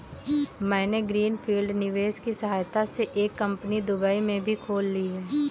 मैंने green field निवेश की सहायता से एक कंपनी दुबई में भी खोल ली है